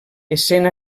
essent